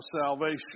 salvation